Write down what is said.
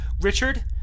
Richard